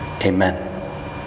Amen